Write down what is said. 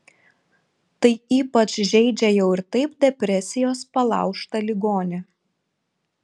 tai ypač žeidžia jau ir taip depresijos palaužtą ligonį